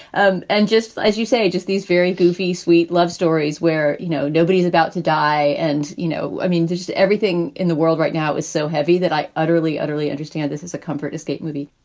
um and just as you say, just these very goofy, sweet love stories where, you know, nobody's about to die. and, you know, i mean, just everything in the world right now is so heavy that i utterly, utterly understand this is a comfort escape movie.